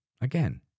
Again